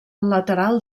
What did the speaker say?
lateral